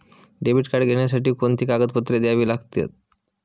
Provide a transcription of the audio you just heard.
Debit card घेण्यासाठी कोणती कागदपत्रे द्यावी लागतात?